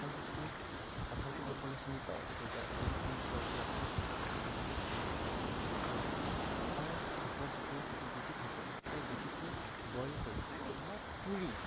কঁঠালগুটিটো কঁঠালটো সকলোৱে চিনি পায় এইটো জেকফ্ৰুইট নে কিবা বুলি আছিলে ইংৰাজীত সেইবুলি কয় গতিকে কঁঠালৰ ভিতৰত যিটো গুটি থাকে সেই গুটিটো বইল কৰি বা পুৰি